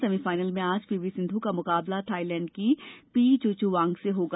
semi final में आज P वीसिंधु का मुकाबला थाइलैंड की पी चोचुवांग से होगा